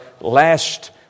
last